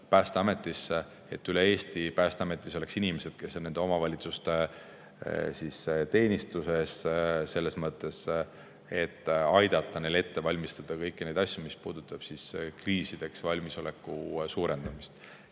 et üle Eesti Päästeametis oleks inimesed, kes on omavalitsuste teenistuses, et aidata neil ette valmistada kõiki neid asju, mis puudutavad kriisideks valmisoleku suurendamist.